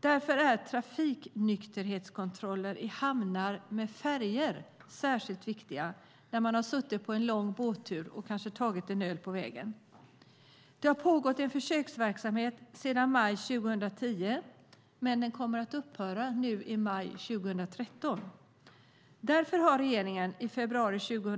Därför är trafiknykterhetskontroller i hamnar med färjor särskilt viktiga eftersom en del förare kan ha tagit en öl under den långa båtturen. Här har det pågått en försöksverksamhet sedan maj 2010, men den kommer att upphöra nu i maj 2013. Därför lämnade regeringen i februari i år